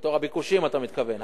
בתוך הביקושים אתה מתכוון,